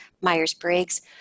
Myers-Briggs